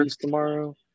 Tomorrow